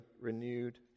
renewed